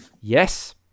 Yes